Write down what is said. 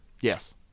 yes